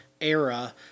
era